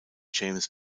james